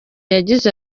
yagize